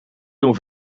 doen